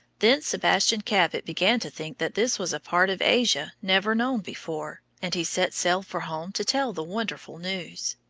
then sebastian cabot began to think that this was a part of asia never known before, and he set sail for home to tell the wonderful news.